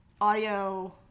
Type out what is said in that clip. audio